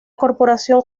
corporación